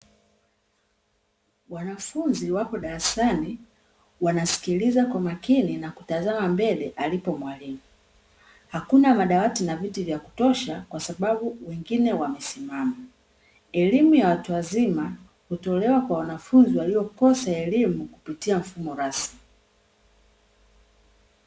Wanafunzi wapo darasani wanasikiliza kwa makini na kutazama mbele alipo mwalimu, hakuna madawati na viti vya kutosha kwa sababu wengine wamesimama, elimu ya watu wazima kutolewa kwa wanafunzi waliokosa elimu kupitia mfumo rasmi.